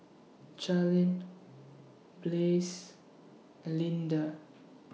Charline Blaze and Lynda